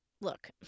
look